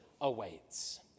awaits